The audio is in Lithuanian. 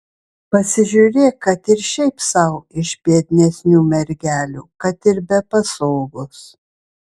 pasižiūrėk kad ir šiaip sau iš biednesnių mergelių kad ir be pasogos